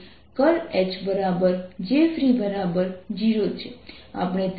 solution પર ટિપ્પણીઓ અને તેને જોવા માટેની વિવિધ રીત